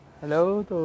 Hello